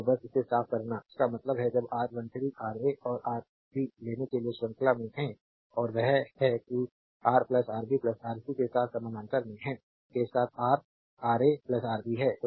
तो बस इसे साफ करना इसका मतलब है जब R13 Ra और Rb लेने के लिए श्रृंखला में हैं और वह है कि रा आरबी आर सी के साथ समानांतर में है के साथ आर आरए आरबी है